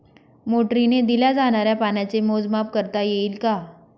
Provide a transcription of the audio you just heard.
मोटरीने दिल्या जाणाऱ्या पाण्याचे मोजमाप करता येईल का?